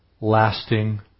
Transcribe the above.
lasting